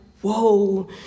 whoa